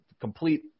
complete